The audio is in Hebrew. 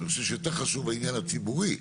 אני חושב שיותר חשוב העניין הציבורי.